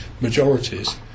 majorities